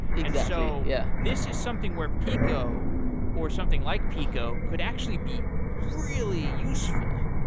and so yeah this is something where peeqo or something like peeqo could actually be really useful.